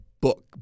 book